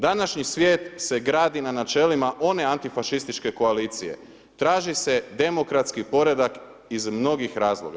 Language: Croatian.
Današnji svijet se gradi na načelima one antifašističke koalicije, traži se demokratski poredak iz mnogih razloga.